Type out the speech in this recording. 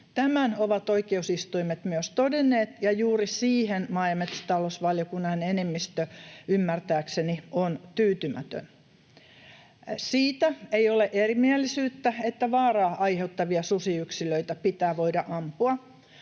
Tämän ovat myös oikeusistuimet todenneet, ja juuri siihen maa- ja metsätalousvaliokunnan enemmistö ymmärtääkseni on tyytymätön. Siitä ei ole erimielisyyttä, että vaaraa aiheuttavia susiyksilöitä pitää voida ampua,